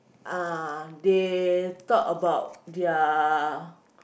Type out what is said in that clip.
uh they talk about their